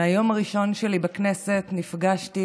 מהיום הראשון שלי בכנסת נפגשתי